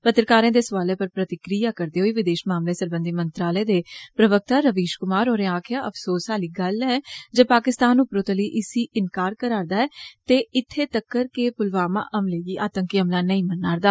पत्रकारें दे सौआलें पर प्रतिक्रिया करदे होई विदेश मामले सरबंधी मंत्रालय दे प्रवक्ता रवीश कुमार होरें आक्खेया अफसोस आह्ली गल्ल ऐ जे पाकिस्तान उप्परोतली इस्सी इन्कार करा रदे ऐ ते इत्थे तक्कर के पुलवामा हमले गी आतंकी हमला नेई मनना रदा